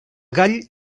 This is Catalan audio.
gall